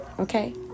Okay